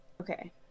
Okay